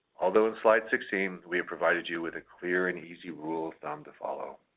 although in slide sixteen we have provided you with a clear and easy rule of thumb to follow,